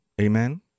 amen